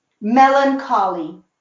melancholy